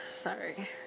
Sorry